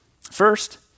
First